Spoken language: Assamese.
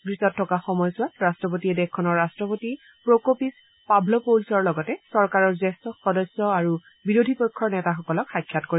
গ্ৰীচত থকা সময়ছোৱাত ৰাষ্ট্ৰপতিয়ে দেশখনৰ ৰাষ্ট্ৰপতি প্ৰকোপিচ পাভলোপৌলচৰ লগতে চৰকাৰৰ জ্যেষ্ঠ সদস্য আৰু বিৰোধী পক্ষৰ নেতাসকলক সাক্ষাৎ কৰিব